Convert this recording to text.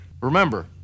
Remember